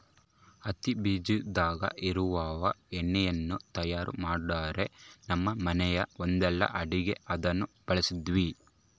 ಹತ್ತಿ ಬೀಜದಾಗ ಇವಇವಾಗ ಎಣ್ಣೆಯನ್ನು ತಯಾರ ಮಾಡ್ತರಾ, ನಮ್ಮ ಮನೆಗ ಒಂದ್ಸಲ ಅಡುಗೆಗೆ ಅದನ್ನ ಬಳಸಿದ್ವಿ